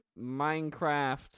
Minecraft